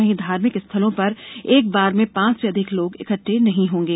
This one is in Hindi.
वहीं धार्मिक स्थलों पर एक बार में पांच से अधिक लोक इकट्ठे नहीं होंगे